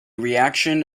reaction